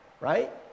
right